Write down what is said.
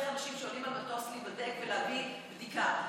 אנשים שעולים על מטוס להיבדק ולהביא בדיקה,